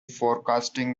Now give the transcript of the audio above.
forecasting